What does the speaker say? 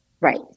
Right